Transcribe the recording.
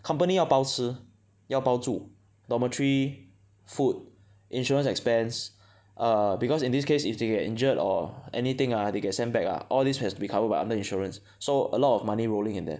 company 要包吃要包住 dormitory food insurance expense err because in this case if they get injured or anything ah they get sent back ah all these has be covered under insurance so a lot of money rolling in there